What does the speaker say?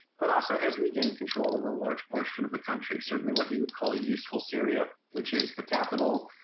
but assad has regained control of a large portion of the country, certainly what he would call useful syria, which is the capital,